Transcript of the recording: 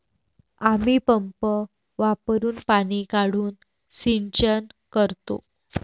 आम्ही पंप वापरुन पाणी काढून सिंचन करतो